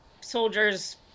soldiers